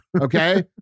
Okay